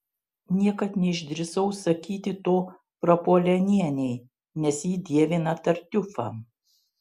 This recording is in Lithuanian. niekad neišdrįsau sakyti to prapuolenienei nes ji dievina tartiufą